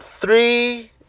Three